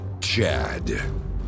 Chad